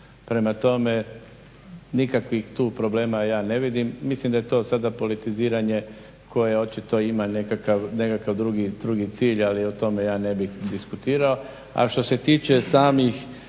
Prema tome, nikakvih tu problema ja ne vidim. Mislim da je to sada politiziranje koje očito ima nekakav drugi cilj, ali o tome ja ne bi diskutirao.